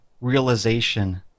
realization